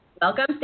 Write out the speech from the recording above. Welcome